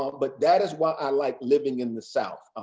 um but that is why i like living in the south.